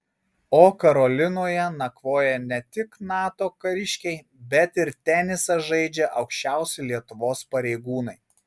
o karolinoje nakvoja ne tik nato kariškiai bet ir tenisą žaidžia aukščiausi lietuvos pareigūnai